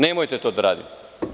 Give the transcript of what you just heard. Nemojte to da radite.